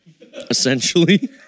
Essentially